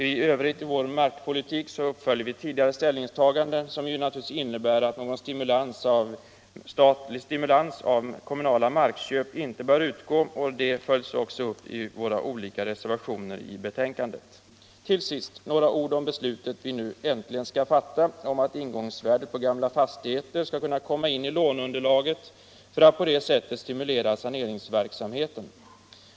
I övrigt i vår markpolitik följer vi upp tidigare ställningstaganden, som naturligtvis innebär att statlig stimulans av kommunala markköp inte bör förekomma. Den inställningen följs också upp i våra olika reservationer i betänkandet. Till sist några ord om det beslut vi nu äntligen skall fatta om att ingångsvärdet på gamla fastigheter skall kunna komma in i låneunderlaget för att på det sättet saneringsverksamheten skall stimuleras.